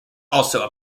also